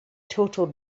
total